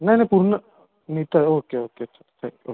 नाही नाही पूर्ण नीता आहे ओके ओके ओके